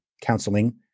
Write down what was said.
counseling